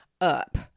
up